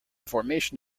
formation